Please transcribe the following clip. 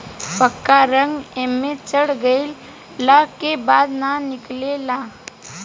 पक्का रंग एइमे चढ़ गईला के बाद ना निकले ला